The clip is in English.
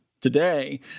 today